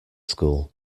school